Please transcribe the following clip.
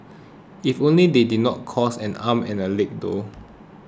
if only they didn't cost and arm and a leg though